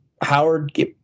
Howard